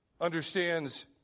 understands